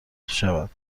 شوند